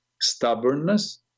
stubbornness